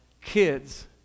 kids